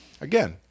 Again